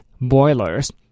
boilers